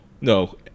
no